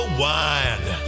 wine